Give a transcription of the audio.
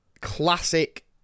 classic